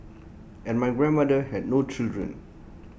and my grandmother had no children